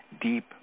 deep